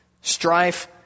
Strife